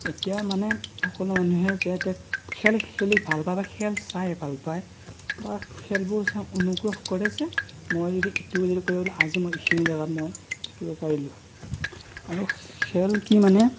এতিয়া মানে সকলো মানুহে যে এতিয়া খেল খেলি ভাল পায় বা খেল চাই ভাল পায় বা খেলবোৰ অনুগ্ৰহ কৰে যে মই যদি এইটো যদি এইটো কৰিবলৈ আজি মই এইখিনি জেগাত মই থাকিব পাৰিলোঁ হয় আৰু খেল কি মানে